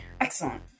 Excellent